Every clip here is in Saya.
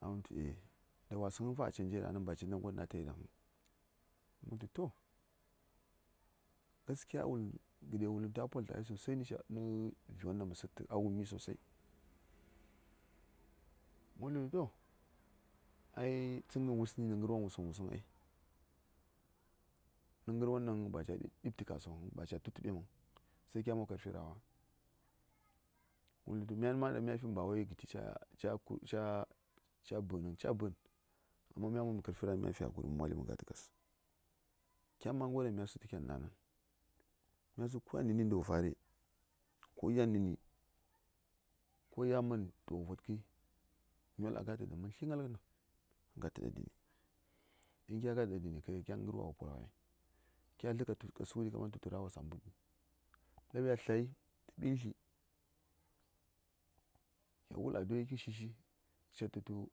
A wul tu e, dawasəŋəi fa a canze ɗangnən ba cindaŋ gondaŋ a tayiŋ mə wultu to gaskiya gədes wultu a polti ŋa sosai nə vi won daŋ mə sə:ttə, a wumi sosai. Mə wul tu to, ai tsəngən wusuŋni gərwon mə vərghə. Duk gərwon ɗaŋ ba ca gip datəpəŋ ɗaŋ a fu:gheŋ ba ca fi fitinaŋ, sai kya mob karfi ra:wa. mə wul tə tu myan ma ɗaŋ mya fin, ba wai gətən ca bə:nəŋ, ca, ca bə:n, kuma mya mob karfi ra:n, mya fi hakuri mə ga:təkas. Kyan ma gərwon ɗaŋ mya su tə kyan ɗaŋni, ko yan nə ni ɗa wo fare, ko yan nə ni, ko ya man tu wo votkəi, nyol a ga:tə dəni mən, sli: ŋaghəni, gətə ɗa dəni. Don kya na̱ ɗa dəni, ka yel kyan ga'rwawo fu:ghai. Kya ndai ɗaŋ kə sughəɗi, kaman tu ra:wosa mbudni. Ləb ya slyai tə ɓəslndi, kya wul adduai kə shishi, cèt tə tu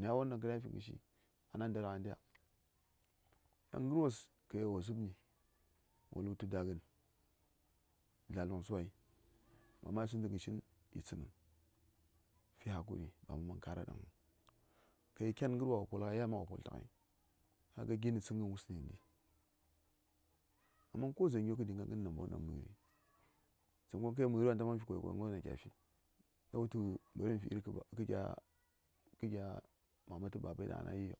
gərwon ɗaŋ kə na̱fi nayawoni, a na ndara nɗiya? Alu:ghən, ka yel wo zhubni, wo wulghə tu darling, zla longsə wai, ba ma yisən gərshi cik vəŋ, fi hakuri, ba ma man kara ɗaŋ. Ka yel kyan gərwa wo poltəghai, ya:n ma wo poltəghai. ka ga gin nə tsəngən wusəŋni. Amma ko dzaŋ gyo kə dinga fighən mandə, ka yel mə:ri ta yi wul tu iri kə gya baba tə mama...